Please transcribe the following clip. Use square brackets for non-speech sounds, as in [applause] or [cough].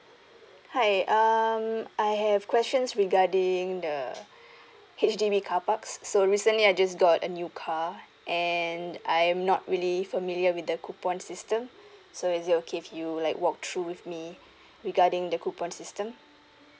hi um I have questions regarding the [breath] H_D_B carparks so recently I just got a new car and I'm not really familiar with the coupon system [breath] so is it okay if you like walk through with me [breath] regarding the coupon system